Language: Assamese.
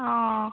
অঁ